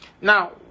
Now